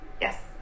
Yes